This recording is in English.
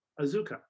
Azuka